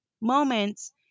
moments